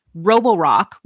Roborock